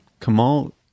Kamal